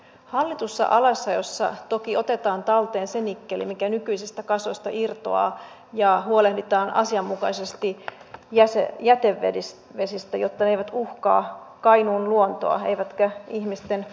hallitussa alasajossa toki otetaan talteen se nikkeli mikä nykyisistä kasoista irtoaa ja huolehditaan asianmukaisesti jätevesistä jotta ne eivät uhkaa kainuun luontoa eivätkä ihmisten terveyttä